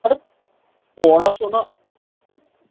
আরে পড়াশোনা